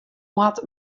moat